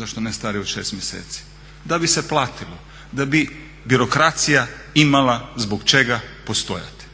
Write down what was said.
zašto ne starije od 6 mjeseci? Da bi se platilo, da bi birokracija imala zbog čega postojati.